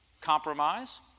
compromise